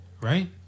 right